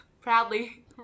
Proudly